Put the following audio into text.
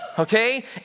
Okay